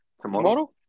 tomorrow